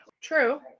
True